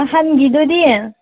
ꯑꯍꯟꯒꯤꯗꯨꯗꯤ